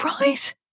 Right